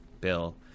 Bill